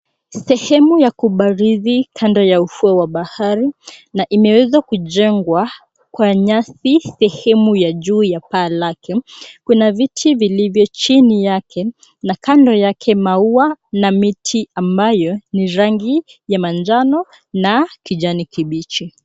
Sehemu ya kubarizi kando ya ufuo wa bahari na imeweza kujengwa kwa nyasi sehemu ya juu ya paa lake. Kuna viti vilivyo chini yake na kando yake maua na miti ambayo ni rangi ya manjano na kijani kibichi.